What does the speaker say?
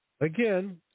again